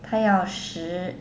他要实